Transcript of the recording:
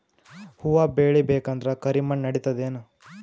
ಹುವ ಬೇಳಿ ಬೇಕಂದ್ರ ಕರಿಮಣ್ ನಡಿತದೇನು?